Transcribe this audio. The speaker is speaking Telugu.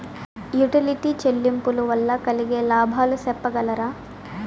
యుటిలిటీ చెల్లింపులు వల్ల కలిగే లాభాలు సెప్పగలరా?